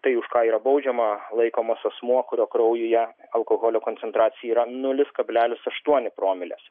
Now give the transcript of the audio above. tai už ką yra baudžiama laikomas asmuo kurio kraujyje alkoholio koncentracija yra nulis kablelis aštuoni promilės